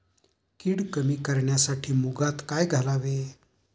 कीड कमी करण्यासाठी मुगात काय घालावे?